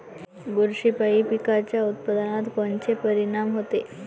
बुरशीपायी पिकाच्या उत्पादनात कोनचे परीनाम होते?